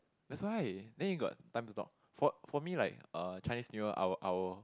that's why then you got time to talk for for me like uh Chinese New Year our our